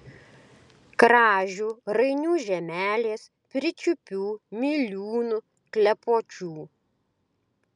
kražių rainių žemelės pirčiupių miliūnų klepočių